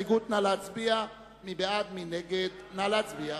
ההסתייגות 3 של קבוצת סיעת